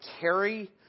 carry